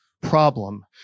problem